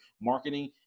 marketing